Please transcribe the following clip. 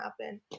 happen